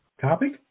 Topic